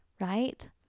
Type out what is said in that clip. Right